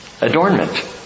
Adornment